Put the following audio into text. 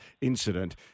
incident